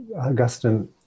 Augustine